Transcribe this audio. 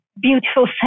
beautiful